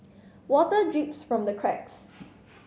water drips from the cracks